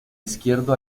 izquierdo